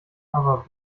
other